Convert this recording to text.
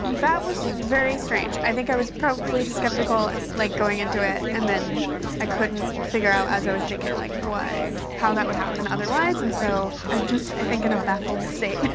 that was very strange. i think i was probably skeptical, like going into it. and then i couldn't figure out as i was thinking like, why, how that would happen otherwise. and so i'm just i think in a baffled state.